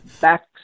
back